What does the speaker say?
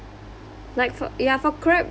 like for ya for crab